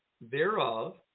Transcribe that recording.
thereof